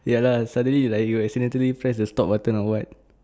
ya lah suddenly you like you accidentally press the stop button or what